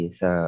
sa